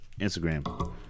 Instagram